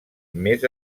més